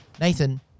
Nathan